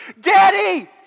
Daddy